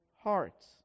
hearts